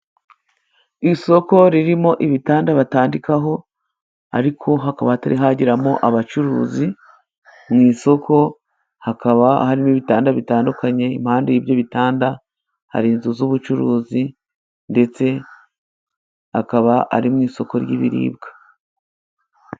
Isoko ririmo ibitanda batandikaho, ariko hakaba hatari hageramo abacuruzi, mu isoko hakaba harimo ibitanda bitandukanye, iruhande rw'ibyo bitanda hari inzu z'ubucuruzi ndetse akaba ari mu isoko ry'ibiribwa.